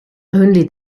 only